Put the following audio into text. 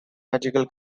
magical